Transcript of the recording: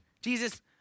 Jesus